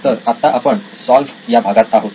तर आत्ता आपण सॉल्व्ह या भागात आहोत